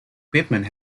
equipment